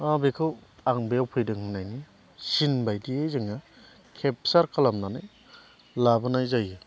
बेखौ आं बेवहाय फैदों होननायनि सिन बायदियै जोङो केपसार खालामनानै लाबोनाय जायो